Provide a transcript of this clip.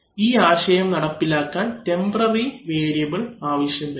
ഈ ആശയം നടപ്പിലാക്കാൻ ടെമ്പററി വേരിയബൽ ആവശ്യം വരും